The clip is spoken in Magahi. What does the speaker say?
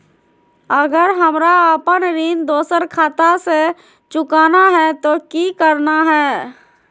अगर हमरा अपन ऋण दोसर खाता से चुकाना है तो कि करना है?